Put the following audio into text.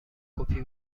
کپی